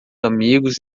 amigos